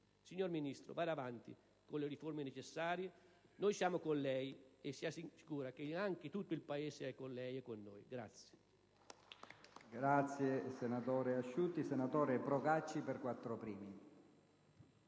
Signora Ministro, vada avanti con le riforme necessarie: noi siamo con lei e stia sicura che anche l'intero Paese è con lei e con noi.